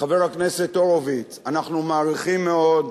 חבר הכנסת הורוביץ, אנחנו מעריכים מאוד,